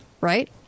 right